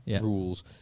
rules